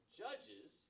judges